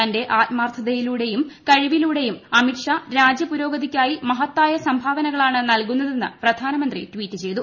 തന്റെ ആത്മാർത്ഥതയിലൂടെയും കഴിവിലൂടെയും അമിത്ഷാ രാജ്യ പുരോഗതിക്കായി മഹത്തായ സംഭാവനകളാണ് നൽകുന്നതെന്ന് പ്രധാനമന്ത്രി ട്വീറ്റ് ചെയ്തു